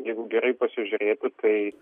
jeigu gerai pasižiūrėti tai